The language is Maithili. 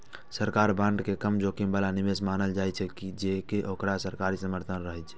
सरकारी बांड के कम जोखिम बला निवेश मानल जाइ छै, कियै ते ओकरा सरकारी समर्थन रहै छै